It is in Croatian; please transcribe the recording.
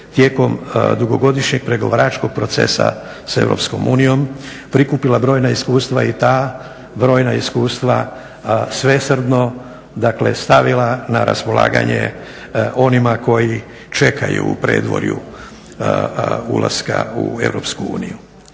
tijekom dugogodišnjeg pregovaračkog procesa s EU prikupila brojna iskustva i ta brojna iskustva svesrdno stavila na raspolaganje onima koji čekaju u predvorju ulaska u EU.